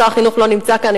שר החינוך לא נמצא כאן.